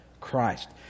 Christ